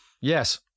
Yes